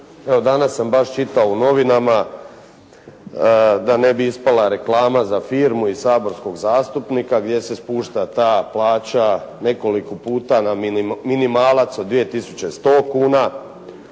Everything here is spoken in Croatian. danas sam baš čitao u novinama, da ne bi ispala reklama za firmu i saborskog zastupnika gdje se spušta ta plaća nekoliko puta na minimalac od 2100 kuna